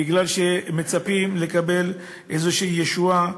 בגלל שמצפים לקבל איזושהי ישועה,